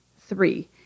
Three